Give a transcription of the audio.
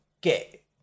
get